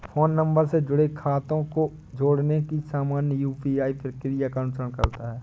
phone number से जुड़े खातों को जोड़ने की सामान्य यू.पी.आई प्रक्रिया का अनुसरण करता है